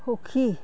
সুখী